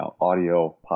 audio